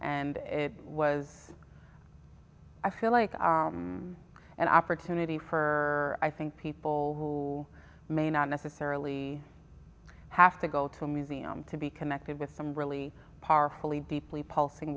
and it was i feel like an opportunity for i think people who may not necessarily have to go to a museum to be connected with some really powerful a deeply puls